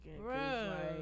Right